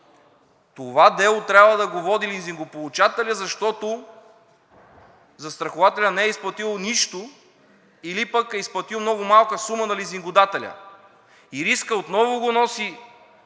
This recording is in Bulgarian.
Това дело трябва да го води лизингополучателят, защото застрахователят не е изплатил нищо или пък е изплатил много малка сума на лизингодателя. И риска отново го носи